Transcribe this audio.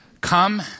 Come